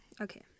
Okay